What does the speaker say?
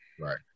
Right